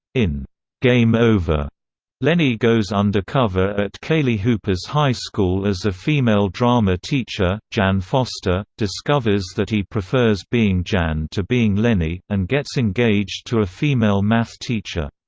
in game over lenny goes undercover at kaylee hooper's high school as a female drama teacher, jan foster, discovers that he prefers being jan to being lenny, and gets engaged to a female math teacher.